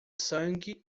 sangue